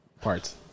parts